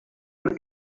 you